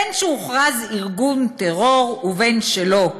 בין שהוכרז ארגון טרור ובין שלא.